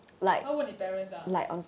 他问你 parents ah